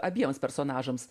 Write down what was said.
abiems personažams